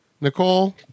Nicole